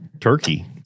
Turkey